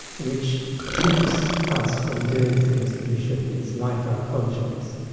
which keeps us from doing things which we shouldn't it's like our conscience.